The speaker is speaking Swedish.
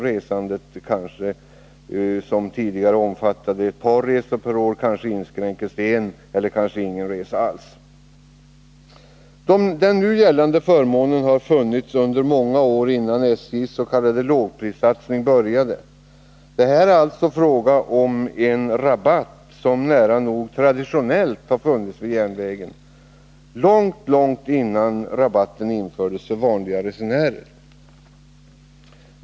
Resandet som tidigare omfattade kanske ett par resor per år inskränker sig till en eller måhända ingen resa alls. Den nu gällande förmånen har funnits under många år innan SJ började med sin s.k. lågprissatsning. Det är alltså fråga om en rabatt som nära nog traditionellt funnits vid järnvägen — långt innan rabatten infördes för vanliga resenärer.